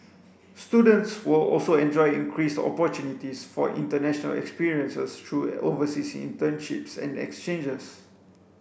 students will also enjoy increased opportunities for international experiences through overseas internships and exchanges